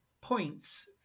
points